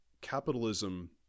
capitalism